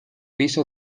piso